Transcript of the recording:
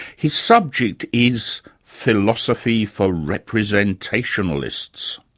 his subject is philosophy for representationalists.